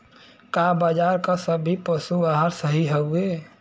का बाजार क सभी पशु आहार सही हवें?